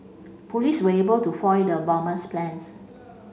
police were able to foil the bomber's plans